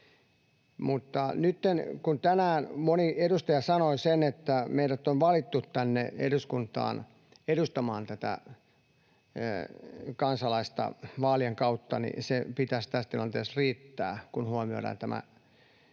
Mutta nytten tänään moni edustaja sanoi sen, että kun meidät on valittu tänne eduskuntaan edustamaan kansalaista vaalien kautta, niin sen pitäisi tässä tilanteessa riittää, kun huomioidaan tämä